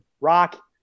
Rock